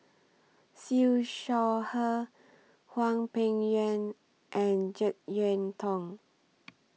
Siew Shaw Her Hwang Peng Yuan and Jek Yeun Thong